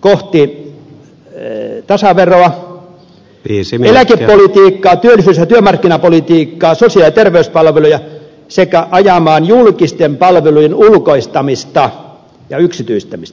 kohti tasaveroa eläkepolitiikkaa työllisyys ja työmarkkinapolitiikkaa sosiaali ja terveyspalveluja sekä ajamaan julkisten palvelujen ulkoistamista ja yksityistämistä